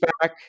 back